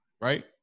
right